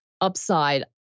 Upside